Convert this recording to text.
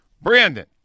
Brandon